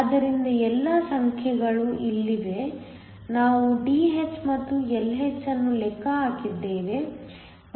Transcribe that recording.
ಆದ್ದರಿಂದ ಎಲ್ಲಾ ಸಂಖ್ಯೆಗಳು ಇಲ್ಲಿವೆ ನಾವು Dh ಮತ್ತು Lh ಅನ್ನು ಲೆಕ್ಕ ಹಾಕಿದ್ದೇವೆ